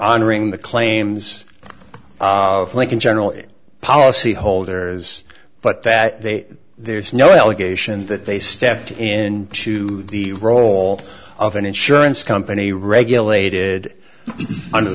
honoring the claims of lincoln general policyholders but that they there's no allegation that they stepped in to the role of an insurance company regulated